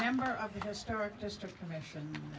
member of the historic district commission